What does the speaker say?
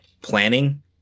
planning